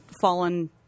fallen